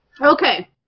Okay